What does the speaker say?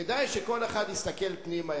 כדאי שכל אחד יסתכל פנימה,